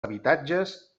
habitatges